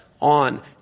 on